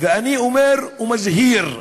ואני אומר ומזהיר,